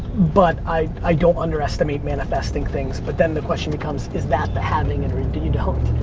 but i don't underestimate manifesting things. but then the question becomes is that the having it or do you don't.